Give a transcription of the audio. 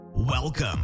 Welcome